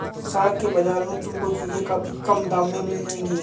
सड़क के बाजार में तुमको चीजें काफी कम दाम में मिल जाएंगी